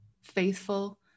faithful